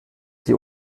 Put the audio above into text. die